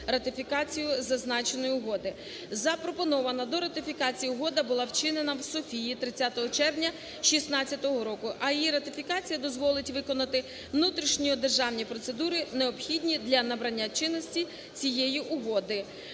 ратифікацію зазначеної угоди. Запропонована до ратифікації угода була вчинена в Софії 30 червня 2016 року, а її ратифікація дозволить виконати внутрішньодержавні процедури, необхідні для набрання чинності цієї угоди.